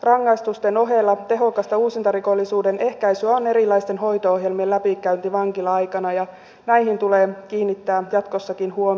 rangaistusten ohella tehokasta uusintarikollisuuden ehkäisyä on erilaisten hoito ohjelmien läpikäynti vankila aikana ja näihin tulee kiinnittää jatkossakin huomiota